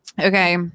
Okay